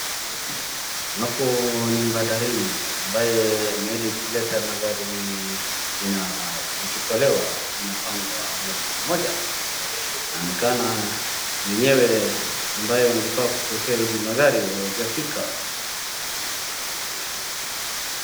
Hapo nni mbadarini ambaye meli ikileta magari zikitolewa zinapangwa moja kwa moja na ni kana mwenyewe ambaye angefaa kupokea hizi magari hawajafika.